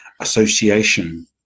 association